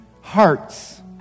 hearts